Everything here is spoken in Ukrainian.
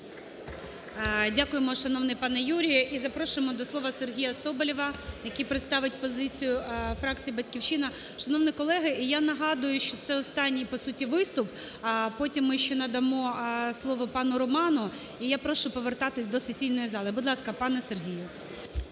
Дякуємо, шановний пане Юрій. І запрошуємо до слова Сергія Соболєва, який представить позицію фракції "Батьківщина", шановний колега. І я нагадую, що це остатній по суті виступ. А потім ми ще надамо слово пану Роману. І я прошу повертатися до сесійної зали. Будь ласка, пане Сергію.